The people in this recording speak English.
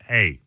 Hey